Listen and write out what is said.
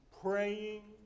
praying